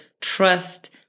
trust